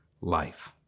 life